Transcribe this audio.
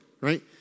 right